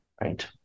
right